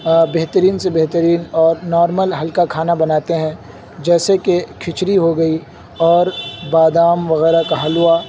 بہترین سے بہترین اور نارمل ہلکا کھانا بناتے ہیں جیسے کہ کھچڑی ہو گئی اور بادام وغیرہ کا حلوہ